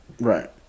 Right